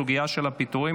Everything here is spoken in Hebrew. הסוגיה של הפיטורים,